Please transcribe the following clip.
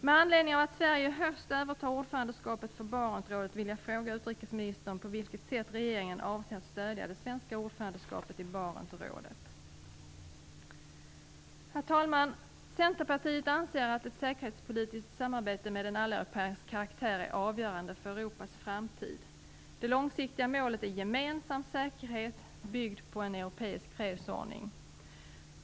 Med anledning av att Sverige i höst övertar ordförandeskapet för Barentsrådet vill jag fråga utrikesministern: På vilket sätt avser regeringen att stödja det svenska ordförandeskapet i Barentsrådet? Herr talman! Centerpartiet anser att ett säkerhetspolitiskt samarbete med en alleuropeisk karaktär är avgörande för Europas framtid. Det långsiktiga målet är gemensam säkerhet byggd på en europeisk fredsordning.